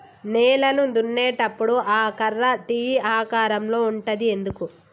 నేలను దున్నేటప్పుడు ఆ కర్ర టీ ఆకారం లో ఉంటది ఎందుకు?